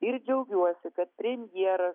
ir džiaugiuosi kad premjeras